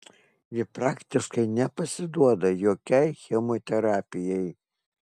ji praktiškai nepasiduoda jokiai chemoterapijai